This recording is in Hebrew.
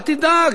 אל תדאג,